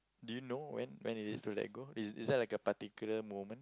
do you know when when it is to let go is is that like a particular moment